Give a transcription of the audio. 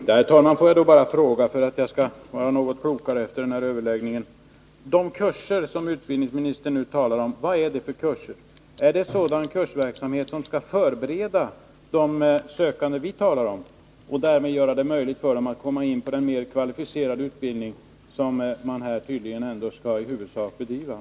Herr talman! Får jag då bara fråga, för att jag skall vara något klokare efter den här överläggningen: Vad är det för kurser som utbildningsministern nu talar om? Är det en kursverksamhet som skall förbereda de sökande som vi talar om och därmed göra det möjligt för dem att komma in på den mera kvalificerade utbildning som tydligen i huvudsak ändå skall bedrivas?